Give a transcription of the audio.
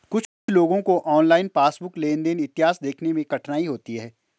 कुछ लोगों को ऑनलाइन पासबुक लेनदेन इतिहास देखने में कठिनाई होती हैं